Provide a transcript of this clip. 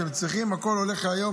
הכול הולך היום,